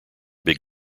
big